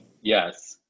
Yes